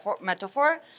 metaphor